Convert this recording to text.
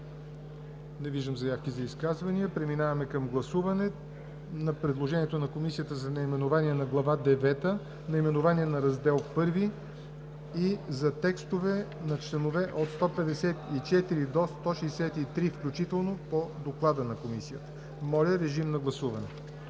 Не виждам. Преминаваме към гласуване на предложението на Комисията за наименование на Глава девета, наименование на Раздел I и за текстове на членове от 154 до 163 включително по доклада на Комисията. Гласували